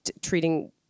treating